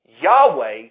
Yahweh